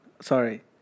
Sorry